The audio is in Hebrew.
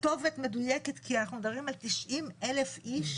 כתובת מדויקת, כי אנחנו מדברים על 90,000 איש